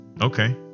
Okay